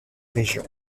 région